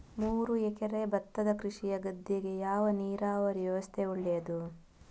ಮೂರು ಎಕರೆ ಭತ್ತದ ಕೃಷಿಯ ಗದ್ದೆಗೆ ಯಾವ ನೀರಾವರಿ ವ್ಯವಸ್ಥೆ ಒಳ್ಳೆಯದು?